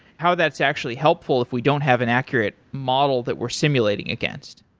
how that's actually helpful if we don't have an accurate model that we're simulating against.